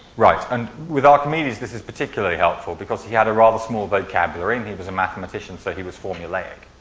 right. and with archimedes, this is particularly helpful because he had a rather small vocabulary, and he was a mathematician, so he was formulaic.